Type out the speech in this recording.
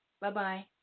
Bye-bye